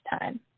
time